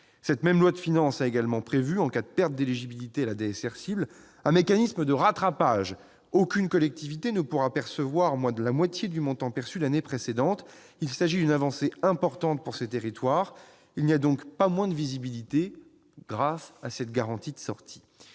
Cette même loi de finances a également prévu, en cas de perte d'éligibilité à la DSR « cible », un mécanisme de rattrapage : aucune collectivité ne pourra percevoir moins de la moitié du montant perçu l'année précédente. Il s'agit d'une avancée importante pour ces territoires ; grâce à cette garantie de sortie,